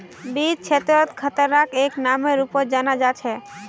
वित्त क्षेत्रत खतराक एक नामेर रूपत जाना जा छे